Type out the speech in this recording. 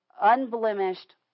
unblemished